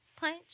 punch